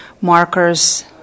markers